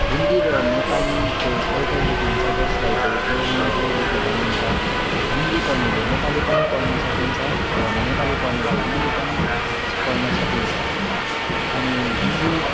हिन्दी र नेपालीको एउटै लिपि हुन्छ जसलाई चाहिँ देवनागरी लिपि भनिन्छ हिन्दी पढ्नेले नेपाली पनि पढ्न सकिन्छ र नेपाली पढ्नेले हिन्दी पनि पढ्न सकिन्छ अनि हिन्दी